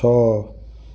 ଛଅ